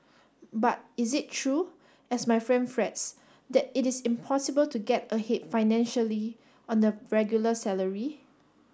but is it true as my friend frets that it is impossible to get ahead financially on a regular salary